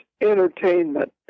entertainment